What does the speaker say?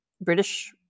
British